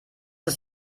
ist